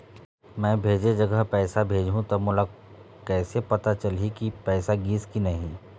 मैं भेजे जगह पैसा भेजहूं त मोला कैसे पता चलही की पैसा गिस कि नहीं?